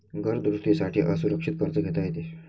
घर दुरुस्ती साठी असुरक्षित कर्ज घेता येते